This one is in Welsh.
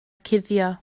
cuddio